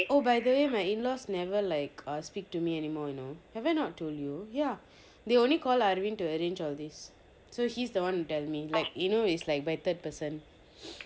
oh by the way my in-laws never like speak to me anymore you know have I not told you ya they only call aravinth to arrange all these so he's the one to tell me like you know is like my third person